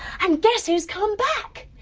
and guess who's come back?